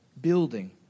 building